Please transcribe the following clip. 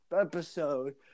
episode